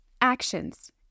Actions